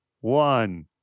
one